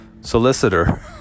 solicitor